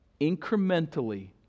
incrementally